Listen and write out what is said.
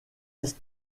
est